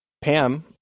Pam